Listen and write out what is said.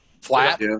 flat